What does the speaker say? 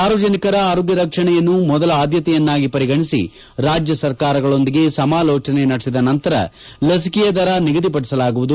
ಸಾರ್ವಜನಿಕರ ಆರೋಗ್ಯ ರಕ್ಷಣೆಯನ್ನು ಮೊದಲ ಆದ್ಗತೆಯನ್ನಾಗಿ ಪರಿಗಣಿಸಿ ರಾಜ್ಯ ಸರ್ಕಾರಗಳೊಂದಿಗೆ ಸಮಾಲೋಚನೆ ನಡೆಸಿದ ನಂತರ ಲಸಿಕೆಯ ದರ ನಿಗದಿಪಡಿಸಲಾಗುವುದು